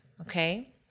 Okay